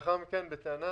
לאחר מכן בטענה,